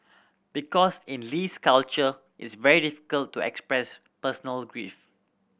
because in Lee's culture is very difficult to express personal grief